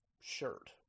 shirt